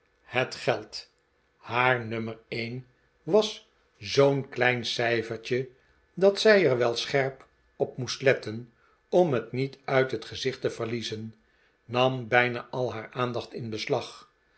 het geld haar nummer een was zoo'n klein cijfertje dat zij er wel scherp op moest letten om het niet uit het gezicht te verliezen nam bijna al haar aandacht in beslag